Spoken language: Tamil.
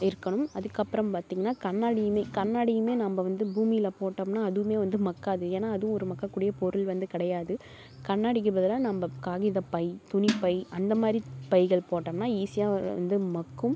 இருக்கணும் அதுக்கப்புறம் பார்த்திங்கனா கண்ணாடியுமே கண்ணாடியுமே நம்ம வந்து பூமியில போட்டோம்ன்னா அதுவுமே வந்து மக்காது ஏன்னா அதுவும் ஒரு மக்கக்கூடிய பொருள் வந்து கிடையாது கண்ணாடிக்கு பதிலாக நம்ம காகிதப்பை துணிப்பை அந்த மாதிரி பைகள் போட்டோம்னால் ஈஸியாக வ வந்து மக்கும்